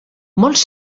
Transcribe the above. molts